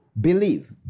believe